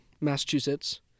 Massachusetts